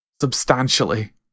substantially